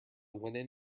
linen